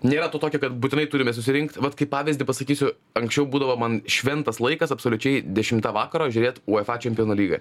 nėra to tokio kad būtinai turime susirinkt vat kaip pavyzdį pasakysiu anksčiau būdavo man šventas laikas absoliučiai dešimtą vakaro žiūrėt uefa čempionų lygą